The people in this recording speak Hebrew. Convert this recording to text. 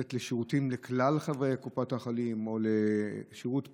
לתת שירותים לכלל חברי קופות החולים, שירות פרטי.